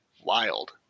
wild